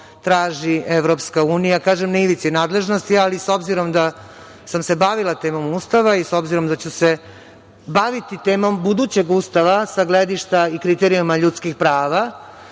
traži EU. Kažem na ivici nadležnosti, ali s obzirom da sam se bavila temom Ustavu i s obzirom da ću se baviti budućeg Ustava sa gledišta i kriterijuma ljudskih prava,